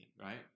right